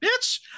bitch